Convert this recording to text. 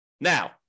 Now